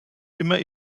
immer